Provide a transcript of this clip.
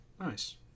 nice